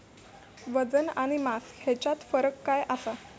वजन आणि मास हेच्यात फरक काय आसा?